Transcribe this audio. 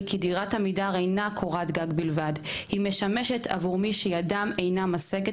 כי דירת עמידר אינה קורת גג בלבד היא משמשת עבור מי שידם אינה משגת